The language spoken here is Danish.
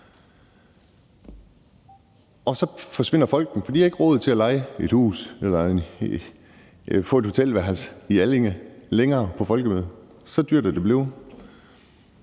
Og så forsvinder folket, for de har ikke længere råd til at leje et hus eller få et hotelværelse i Allinge under Folkemødet. Så dyrt er det blevet.